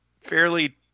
fairly